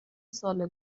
سال